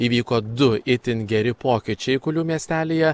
įvyko du itin geri pokyčiai kulių miestelyje